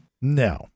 No